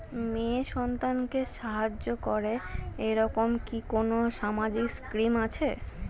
মেয়ে সন্তানকে সাহায্য করে এরকম কি কোনো সামাজিক স্কিম আছে?